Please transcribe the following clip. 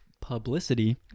Publicity